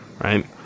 Right